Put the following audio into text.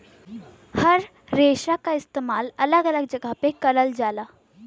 हर रेसा क इस्तेमाल अलग अलग जगह पर करल जाला